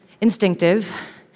instinctive